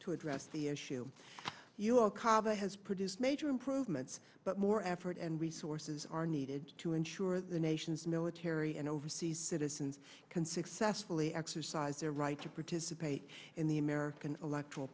to address the issue you okada has produced major improvements but more effort and resources are needed to ensure the nation's military and overseas citizens can successfully exercise their right to participate in the american electoral